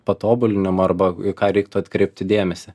patobulinimo arba į ką reiktų atkreipti dėmesį